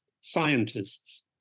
scientists